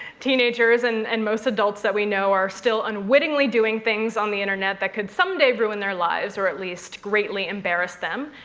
teenagers and and most adults that we know are still unwittingly doing things on the internet that could someday ruin their lives, or at least greatly embarrass them.